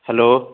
hello